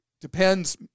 depends